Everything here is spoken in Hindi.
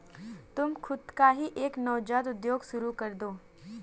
तुम खुद का ही एक नवजात उद्योग शुरू करदो